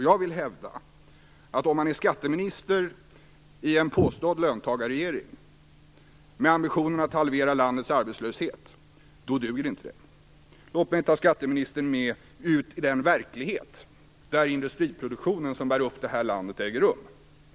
Jag vill hävda att om man är skatteminister i en påstådd löntagarregering med ambitionen att halvera landets arbetslöshet, så duger inte detta. Låt mig ta skatteministern med ut i den verklighet där den industriproduktion som bär upp vårt land äger rum.